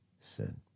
Sin